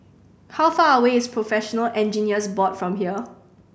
how far away is Professional Engineers Board from here